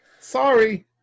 Sorry